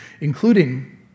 including